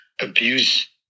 abuse